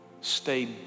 stay